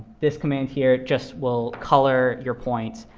this command here just will color your points,